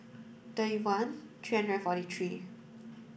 thirty one three hundred and forty three